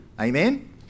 Amen